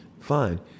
fine